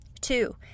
Two